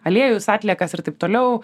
aliejus atliekas ir taip toliau